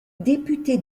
député